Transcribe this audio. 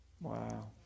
Wow